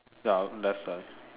ya left side